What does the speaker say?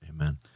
Amen